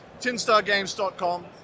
tinstargames.com